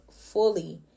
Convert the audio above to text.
fully